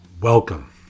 Welcome